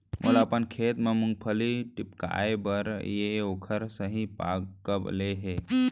मोला अपन खेत म मूंगफली टिपकाय बर हे ओखर सही पाग कब ले हे?